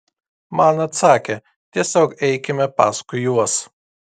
man atsakė tiesiog eikime paskui juos